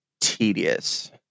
tedious